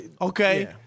Okay